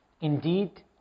Indeed